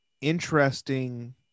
interesting